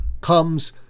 comes